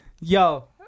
Yo